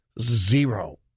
Zero